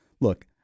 Look